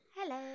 Hello